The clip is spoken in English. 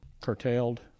curtailed